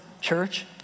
church